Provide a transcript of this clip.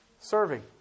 serving